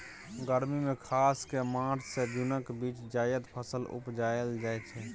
गर्मी मे खास कए मार्च सँ जुनक बीच जाएद फसल उपजाएल जाइ छै